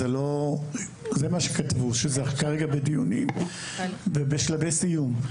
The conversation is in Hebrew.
זה מה שכתבו, שזה כרגע בדיונים ובשלבי סיום.